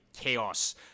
chaos